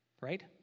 right